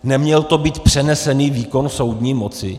Neměl to být přenesený výkon soudní moci?